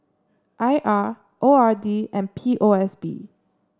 I R O R D and P O S B